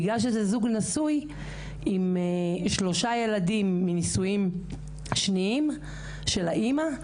בגלל שזה זוג נשוי עם שלושה ילדים מנישואים שניים של האמא,